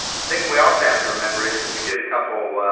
thing we also have to remember is that we did a couple